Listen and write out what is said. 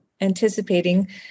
anticipating